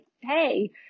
hey